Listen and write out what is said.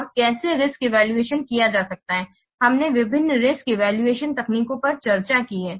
और कैसे risk evaluation किया जा सकता है हमने विभिन्न रिस्क इवैल्यूएशन तकनीकों पर चर्चा की है